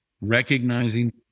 recognizing